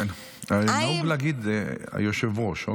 נהוג להגיד היושב-ראש.